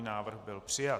Návrh byl přijat.